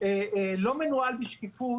לא מנוהל בשקיפות,